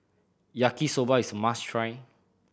Yaki Soba is must try